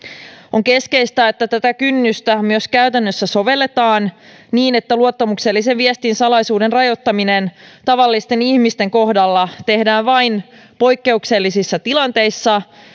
on keskeistä että tätä kynnystä myös käytännössä sovelletaan niin että luottamuksellisen viestin salaisuuden rajoittaminen tavallisten ihmisten kohdalla tehdään vain poikkeuksellisissa tilanteissa